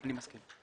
אני מסכים.